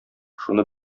шуны